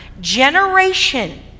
generation